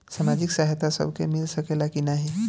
सामाजिक सहायता सबके मिल सकेला की नाहीं?